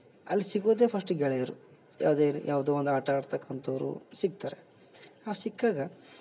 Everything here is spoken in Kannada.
ಅಲ್ಲಿ ಸಿಗೋದೆ ಫಸ್ಟಿಗೆ ಗೆಳೆಯರು ಯಾವುದೆ ಇರಿ ಯಾವುದೋ ಒಂದು ಆಟ ಆಡ್ತಕಂಥವರು ಸಿಗ್ತಾರೆ ಆ ಸಿಕ್ಕಾಗ